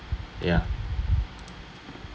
yeah